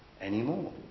anymore